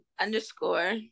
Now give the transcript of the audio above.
underscore